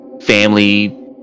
family